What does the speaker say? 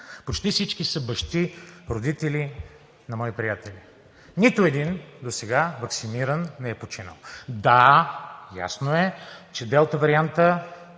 Почти всички са бащи, родители на мои приятели. Нито един досега ваксиниран не е починал. Да, ясно е, че Делта вариантът